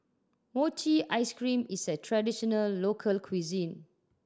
mochi ice cream is a traditional local cuisine